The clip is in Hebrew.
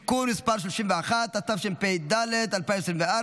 (תיקון מס' 31), התשפ"ד 2024,